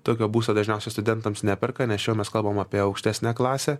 tokio būsto dažniausiai studentams neperka nes čia jau mes kalbame apie aukštesnę klasę